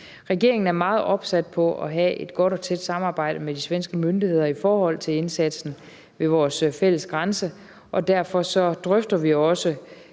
Regeringen er meget opsat på at have et godt og tæt samarbejde med de svenske myndigheder i forhold til indsatsen ved vores fælles grænse, og derfor drøfter vi også